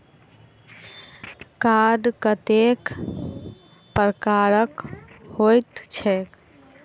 Card कतेक प्रकारक होइत छैक?